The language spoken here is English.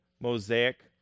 Mosaic